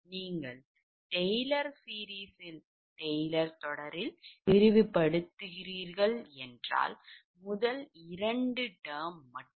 நீங்கள் டெய்லர் தொடரில் விரிவுபடுத்துகிறீர்கள் முதல் 2 term மட்டுமே கருத்தில் கொள்ளுங்கள் சரி